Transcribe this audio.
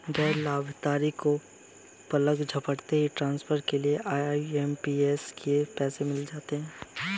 गैर लाभार्थी को पलक झपकते ही ट्रांसफर के लिए आई.एम.पी.एस से पैसा मिल जाता है